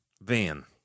van